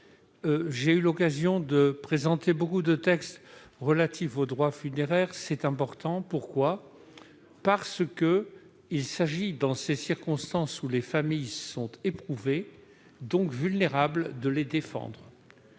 J'ai eu l'occasion de présenter beaucoup de textes relatifs au droit funéraire. Pourquoi est-ce important ? Parce qu'il s'agit, dans ces circonstances où les familles sont éprouvées, donc vulnérables, de les défendre,